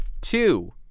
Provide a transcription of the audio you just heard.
two